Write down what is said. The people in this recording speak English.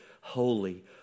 holy